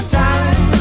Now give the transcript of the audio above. time